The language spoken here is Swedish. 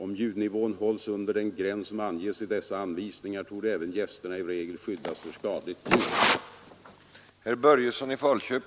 Om ljudnivån hålls under den gräns som anges i dessa anvisningar torde även gästerna i regel skyddas för skadligt ljud.